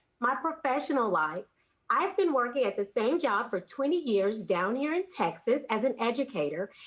my professional life i've been working at the same job for twenty years down here in texas as an educator.